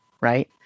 Right